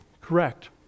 Correct